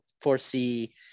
foresee